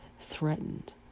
threatened